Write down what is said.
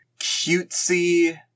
cutesy